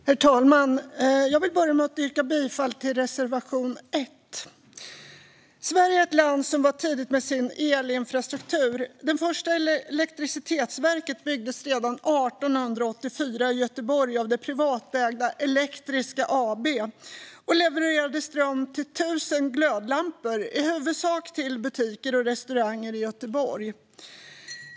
Herr talman! Jag vill börja med att yrka bifall till reservation 1. Sverige är ett land som var tidigt med sin elinfrastruktur. Det första elektricitetsverket byggdes redan 1884 i Göteborg av det privatägda Elektriska AB och levererade ström till 1 000 glödlampor, i huvudsak till butiker och restauranger i Göteborg.